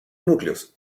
núcleos